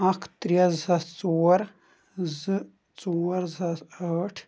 اکھ ترٛےٚ زٕ ساس ژور زٕ ژور زٕ ساس ٲٹھ